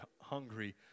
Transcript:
hungry